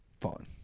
fun